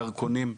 הדרכונים,